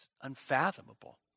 Unfathomable